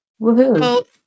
Woohoo